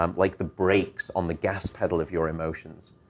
um like, the brakes on the gas pedal of your emotions.